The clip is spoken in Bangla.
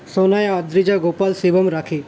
সোনাই অদ্রিজা গোপাল শিবম রাখি